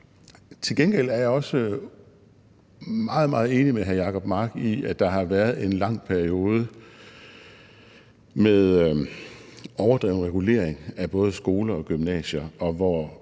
Til gengæld er jeg også meget, meget enig med hr. Jacob Mark i, at der har været en lang periode med overdreven regulering af både skoler og gymnasier,